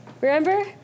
Remember